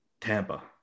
Tampa